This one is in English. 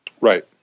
Right